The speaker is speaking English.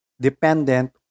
dependent